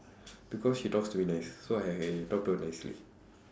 because she talks to me nice so I I talk to her nicely